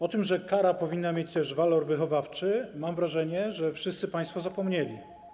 O tym, że kara powinna mieć też walor wychowawczy, mam wrażenie, wszyscy państwo zapomnieli.